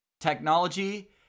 Technology